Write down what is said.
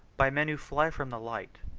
by men who fly from the light.